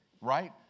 right